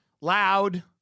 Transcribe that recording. Loud